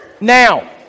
Now